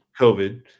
COVID